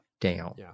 down